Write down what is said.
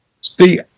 See